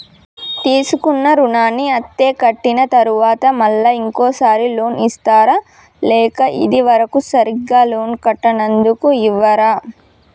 తీసుకున్న రుణాన్ని అత్తే కట్టిన తరువాత మళ్ళా ఇంకో సారి లోన్ ఇస్తారా లేక ఇది వరకు సరిగ్గా లోన్ కట్టనందుకు ఇవ్వరా?